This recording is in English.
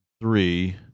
three